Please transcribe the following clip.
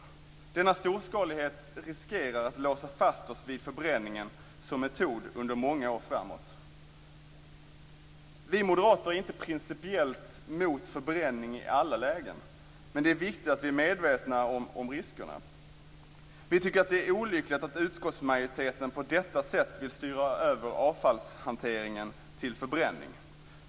Denna storskalighet riskerar att låsa fast oss vid förbränningen som metod under många år framåt. Vi moderater är inte principiellt emot förbränning i alla lägen. Men det är viktigt att vi är medvetna om riskerna. Vi tycker att det är olyckligt att utskottsmajoriteten på detta sätt vill styra över avfallshanteringen till förbränning.